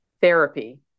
therapy